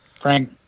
Frank